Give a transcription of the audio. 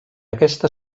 aquesta